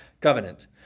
covenant